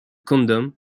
condom